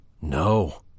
No